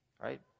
right